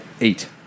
Eight